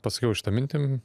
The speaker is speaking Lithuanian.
pasakiau šita mintim